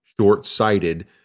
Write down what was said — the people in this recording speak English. short-sighted